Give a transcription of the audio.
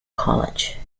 college